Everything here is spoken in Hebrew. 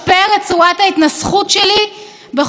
מי יוכלו להיות המורים הכי טובים עבורי?